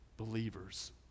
believers